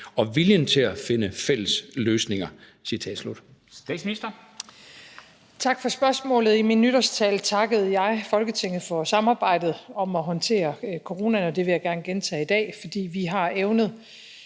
Og viljen til at finde fælles løsninger«?